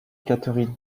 catherine